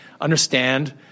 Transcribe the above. understand